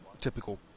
typical